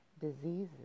diseases